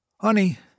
Honey